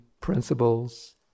principles